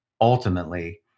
Ultimately